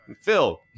Phil